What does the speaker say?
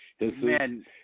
Man